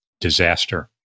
disaster